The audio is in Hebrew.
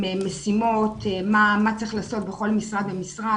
משימות מה צריך לעשות בכל משרד ומשרד.